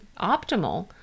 optimal